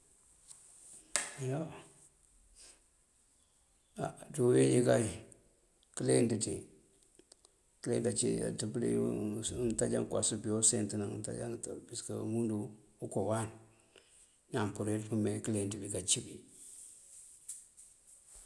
Á ţí uwín injí kay këleenţ ţí, këleenţ ací aţëp dí ngëëntáaja këwas pëya usent ná ngëëntáaja ngëtëb piskë umúndu uko wáan ñáan purirëţ pëme këleenţ bikací bí.